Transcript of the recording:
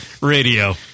Radio